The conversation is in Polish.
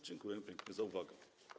Dziękuję pięknie za uwagę.